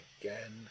again